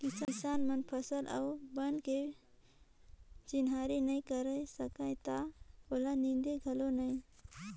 किसान मन फसल अउ बन के चिन्हारी नई कयर सकय त ओला नींदे घलो नई